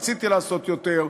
רציתי לעשות יותר.